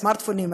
הסמארטפונים,